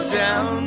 down